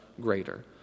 greater